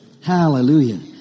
Hallelujah